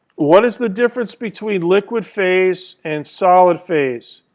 what is the difference between liquid phase and solid phase?